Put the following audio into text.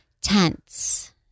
Tense